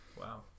Wow